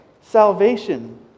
salvation